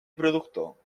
productor